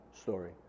story